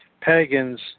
pagans